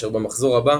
כאשר במחזור הבא